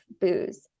booze